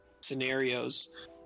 scenarios